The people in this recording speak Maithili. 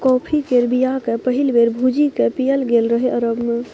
कॉफी केर बीया केँ पहिल बेर भुजि कए पीएल गेल रहय अरब मे